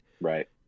Right